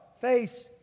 face